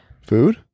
Food